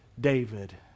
David